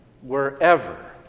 wherever